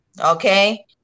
Okay